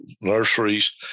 nurseries